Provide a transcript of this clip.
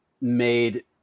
made